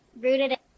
rooted